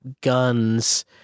guns